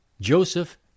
Joseph